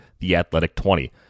THEATHLETIC20